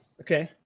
Okay